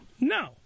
No